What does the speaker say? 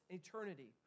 eternity